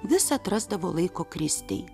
vis atrasdavo laiko kristei